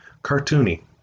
Cartoony